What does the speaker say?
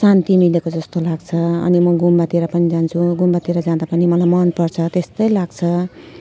शान्ति मिलेको जस्तो लाग्छ अनि म गुम्बातिर पनि जान्छु गुम्बातिर जाँदा पनि मलाई मनपर्छ त्यस्तै लाग्छ